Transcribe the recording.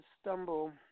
stumble